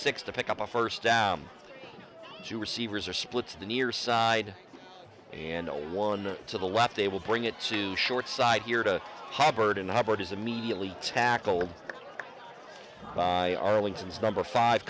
six to pick up a first down to receivers or splits in the near side and one to the lap they will bring it to short side here to hubbard and hubbard is immediately tackled by arlington's number five